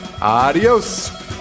Adios